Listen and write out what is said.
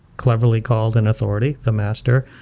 cleverly called and authority, the master.